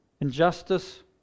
Injustice